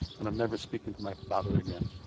and i'm never speaking to my father again.